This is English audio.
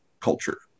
culture